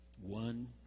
One